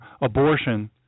abortion